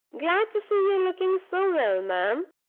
glad to see you looking so well, ma'am,